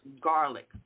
garlic